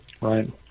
Right